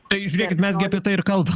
tai jūs žiūrėk mes gi apie tai ir kalbam